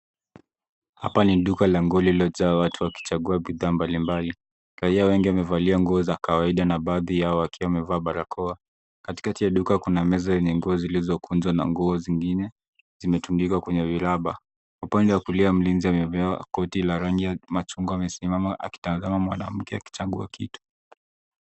Hapa ni duka la nguo lililojaa watu wakichagua bidhaa mbalimbali. Raia wengi wamevalia nguo za kawaida na baadhi yao wakiwa wamevaa barakoa. Katikati ya duka kuna meza yenye nguo zilizokuja na nguo zingine zimetundikwa kwenye miraba. Upande wa kulia mlinzi amevaa koti la rangi ya machungwa amesimama akitazama mwanamke akichagua kitu.